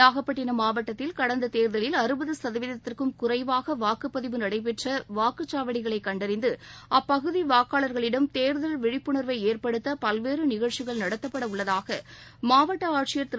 நாகப்பட்டிணம் மாவட்டத்தில் கடந்ததேர்தலில் சதவீதத்திற்கும் குறைவாகவாக்குப்பதிவு நடைபெற்றவாக்குச்சாவடிகளைகண்டறிந்துஅப்பகுதிவாக்காளரிடம் தேர்தல் விழிப்புணர்வைஏற்படுத்தபல்வேறுநிகழ்ச்சிநடத்தப்படவுள்ளதாகமாவட்டஆட்சியர் திரு